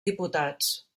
diputats